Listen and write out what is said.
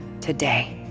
today